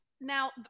now